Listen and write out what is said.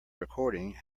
recording